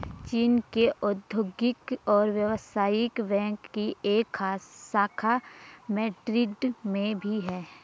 चीन के औद्योगिक और व्यवसायिक बैंक की एक शाखा मैड्रिड में भी है